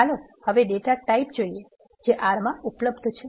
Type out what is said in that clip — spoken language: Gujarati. ચાલો હવે ડેટા ટાઇપ જોઇએ જે R માં ઉપલબ્ધ છે